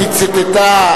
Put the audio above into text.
היא ציטטה.